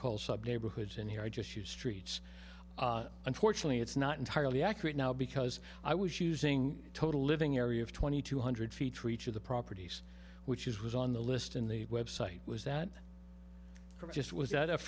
call sub neighborhoods and here i just use streets unfortunately it's not entirely accurate now because i was using total living area of twenty two hundred feet treach of the properties which is was on the list in the website was that just was that